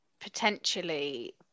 potentially